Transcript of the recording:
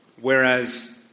Whereas